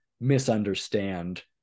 misunderstand